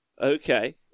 Okay